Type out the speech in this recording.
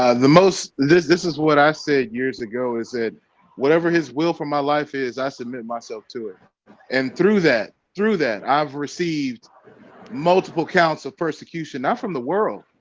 ah the most this this is what i said years ago is it whatever his will for my life is i submit myself to it and through that through that i've received multiple counts of persecution not from the world,